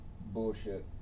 Bullshit